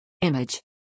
Image